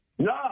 No